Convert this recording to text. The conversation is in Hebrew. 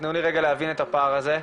תנו לי רגע להבין את הפער הזה,